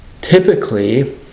Typically